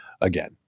again